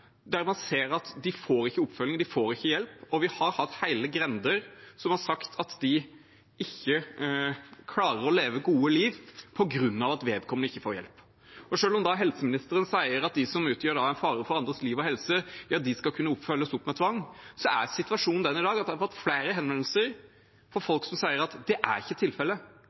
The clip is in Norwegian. der man ser at de får ikke oppfølging, de får ikke hjelp. Vi har hatt hele grender som har sagt at de ikke klarer å leve gode liv på grunn av at vedkommende ikke får hjelp. Selv om helseministeren sier at de som utgjør en fare for andres liv og helse, skal kunne følges opp med tvang, så er situasjonen den i dag at jeg har fått flere henvendelser fra folk som sier at det ikke er tilfellet. Sånn kan vi heller ikke